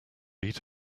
eat